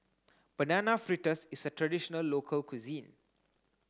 banana fritters is a traditional local cuisine